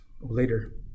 later